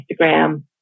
Instagram